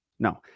No